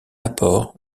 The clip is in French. apport